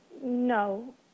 No